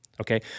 Okay